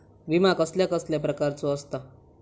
विमा कसल्या कसल्या प्रकारचो असता?